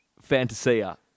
Fantasia